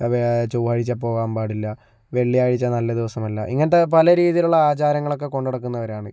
ചൊവ്വാഴ്ച പോകാൻ പാടില്ല വെള്ളിയാഴ്ച നല്ല ദിവസമല്ല ഇങ്ങനത്തെ പല രീതിയിലുള്ള ആചാരങ്ങളൊക്കെ കൊണ്ട് നടക്കുന്നവരാണ്